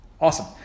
Awesome